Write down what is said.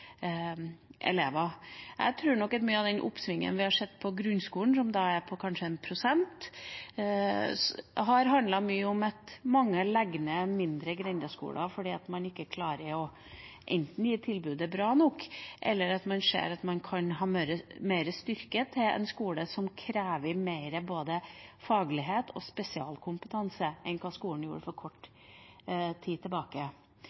elever. Jeg tror mye av det oppsvinget vi har sett i grunnskolen, som kanskje er på 1 pst., har handlet om at mange legger ned mindre grendeskoler fordi man enten ikke klarer å gi et bra nok tilbud, eller man ser at man kan ha mer styrke til en skole som krever både mer faglighet og spesialkompetanse enn det skolen gjorde for kort tid tilbake.